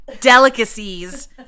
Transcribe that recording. delicacies